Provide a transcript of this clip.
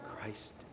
Christ